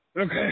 okay